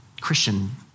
Christian